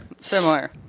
similar